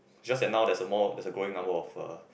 just that now there's a more there's a growing number of uh